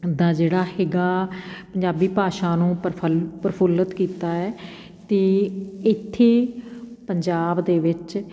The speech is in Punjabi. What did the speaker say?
ਦਾ ਜਿਹੜਾ ਹੈਗਾ ਪੰਜਾਬੀ ਭਾਸ਼ਾ ਨੂੰ ਪ੍ਰਫਲ ਪ੍ਰਫੁੱਲਿਤ ਕੀਤਾ ਹੈ ਅਤੇ ਇੱਥੇ ਪੰਜਾਬ ਦੇ ਵਿੱਚ